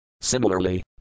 Similarly